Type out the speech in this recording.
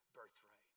birthright